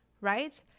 right